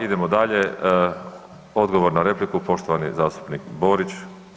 Idemo dalje, odgovor na repliku poštovani zastupnik Borić.